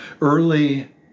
Early